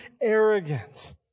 arrogant